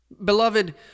Beloved